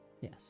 Yes